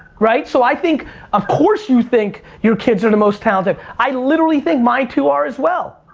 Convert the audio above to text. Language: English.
right, so i think of course you think your kids are the most talented. i literally think my two are as well.